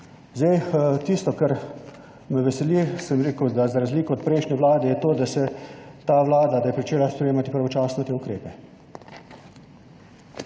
Zdaj tisto, kar me veseli, sem rekel, da za razliko od prejšnje vlade je to, da je pričela sprejemati pravočasno te ukrepe.